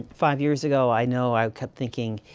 five years ago, i know i kept thinking,